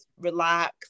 relax